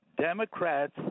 Democrats –